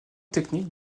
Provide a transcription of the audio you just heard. technique